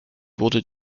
wurde